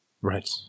Right